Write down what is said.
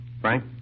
Frank